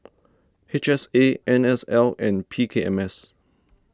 H S A N S L and P K M S